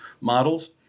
models